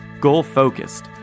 goal-focused